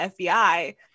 FBI